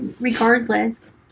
regardless